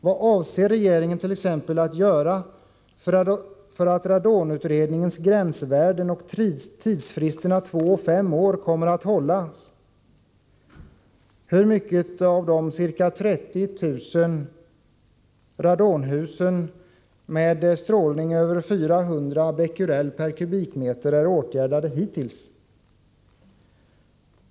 Vad avser regeringen t.ex. att göra för att radonutredningens gränsvärden och tidsfristerna två och fem år kommer att hållas? Hur många av de ca 30 000 radonhusen med strålning över 400 Bq/m? är åtgärdade hittills?